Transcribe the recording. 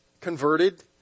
converted